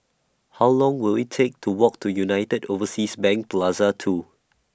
How Long Will IT Take to Walk to United Overseas Bank Plaza two